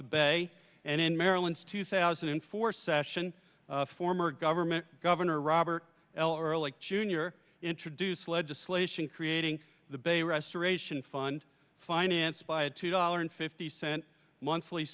the bay and in maryland's two thousand and four session former government governor robert l ehrlich jr introduced legislation creating the bay restoration fund financed by a two dollars fifty cent monthly